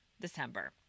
December